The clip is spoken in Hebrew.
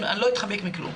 אני לא אתחמק מכלום.